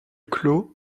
clos